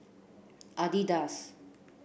adidas